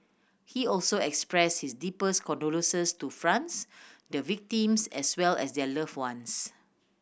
he also expressed his deepest condolences to France the victims as well as their loved ones